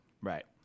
Right